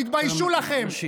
תתביישו לכם.